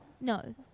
No